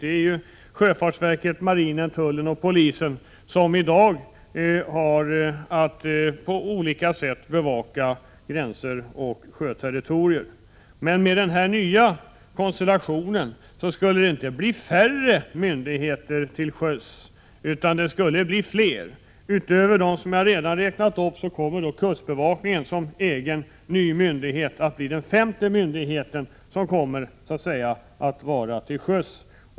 Det är sjöfartsverket, marinen, tullen och polisen som i dag har till uppgift att på olika sätt bevaka gränser och sjöterritorier. Men med den nya konstellationen skulle det inte bli färre myndigheter till sjöss utan fler. Utöver dem som jag redan har räknat upp kommer kustbevakningen som egen ny myndighet att bli den femte myndigheten som kommer att så att säga vara ute till sjöss.